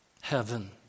heaven